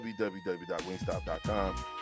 www.wingstop.com